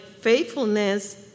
faithfulness